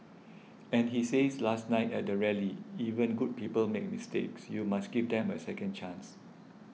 and he says last night at the rally even good people make mistakes you must give them a second chance